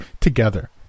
together